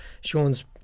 Sean's